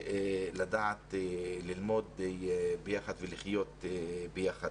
ולדעת ללמוד ביחד ולחיות ביחד.